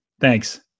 Thanks